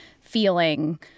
feeling